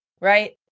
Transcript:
right